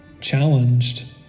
challenged